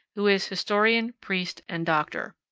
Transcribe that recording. who is historian, priest, and doctor.